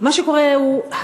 מה שקורה הוא,